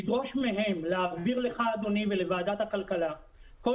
לדרוש מהן להעביר לך אדוני ולוועדת הכלכלה כל